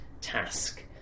task